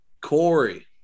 Corey